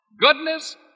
Goodness